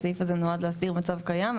הסעיף הזה נועד להדיר מצב קיים.